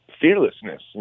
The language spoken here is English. fearlessness